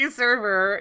server